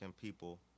people